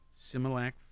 Similac